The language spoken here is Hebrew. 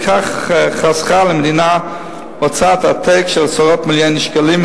ובכך חסכה למדינה הוצאת עתק של עשרות מיליוני שקלים,